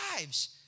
lives